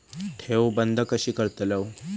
ठेव बंद कशी करतलव?